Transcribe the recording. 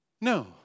no